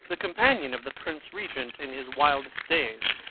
the companion of the prince regent in his wildest days,